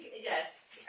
Yes